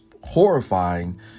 horrifying